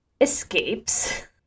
escapes